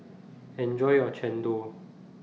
Enjoy your Chendol